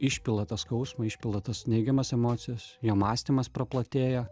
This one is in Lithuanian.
išpila tą skausmą išpila tas neigiamas emocijas jo mąstymas praplatėja